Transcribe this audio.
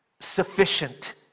sufficient